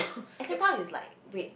S_M Town is like wait